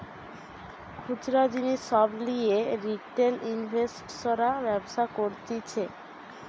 খুচরা জিনিস সব লিয়ে রিটেল ইনভেস্টর্সরা ব্যবসা করতিছে